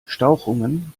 stauchungen